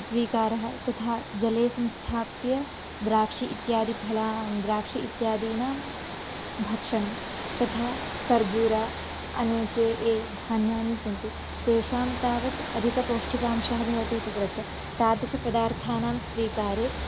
स्वीकारः तथा जले संस्थाप्य द्राक्षः इत्यादीनि फलानि द्राक्षः इत्यादीनां भक्षणं तथा खर्जूरः अनेकानि यानि धान्यानि सन्ति तेषां तावत् अधिकपौष्टिकांशाः भवन्ति इति कृत्वा तादृशपदार्थानां स्वीकारे